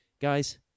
Guys